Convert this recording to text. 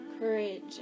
Courage